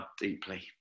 deeply